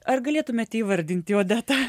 ar galėtumėte įvardinti odeta